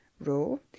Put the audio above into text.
row